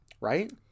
right